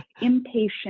impatient